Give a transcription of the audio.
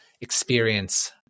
experience